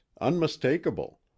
unmistakable